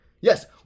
Yes